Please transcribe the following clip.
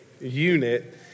unit